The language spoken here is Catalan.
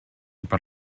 per